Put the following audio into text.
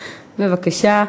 בבקשה.